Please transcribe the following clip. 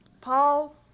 paul